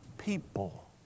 people